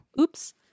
oops